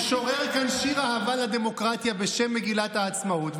הוא שורר כאן שיר אהבה לדמוקרטיה בשם מגילת העצמאות,